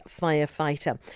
firefighter